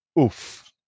oof